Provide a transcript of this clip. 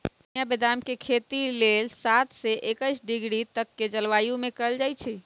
चिनियाँ बेदाम के खेती लेल सात से एकइस डिग्री तक के जलवायु में कएल जाइ छइ